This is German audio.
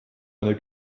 eine